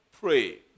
pray